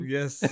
Yes